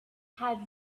had